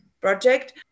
project